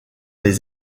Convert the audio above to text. les